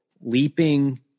leaping